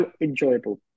enjoyable